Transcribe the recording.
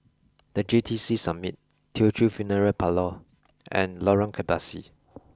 the J T C Summit Teochew Funeral Parlour and Lorong Kebasi